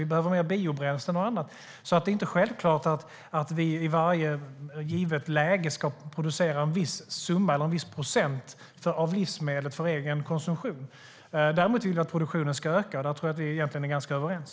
Vi behöver mer biobränslen och annat. Det är inte självklart att vi i varje givet läge ska producera en viss procent av de livsmedel vi konsumerar. Däremot vill vi att produktionen ska öka, och där tror jag att vi egentligen är ganska överens.